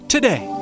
Today